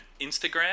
Instagram